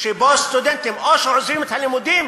שבו סטודנטים או שעוזבים את הלימודים